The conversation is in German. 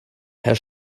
herr